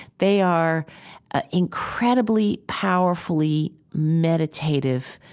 they are incredibly, powerfully meditative,